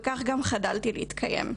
וכך גם חדלתי להתקיים.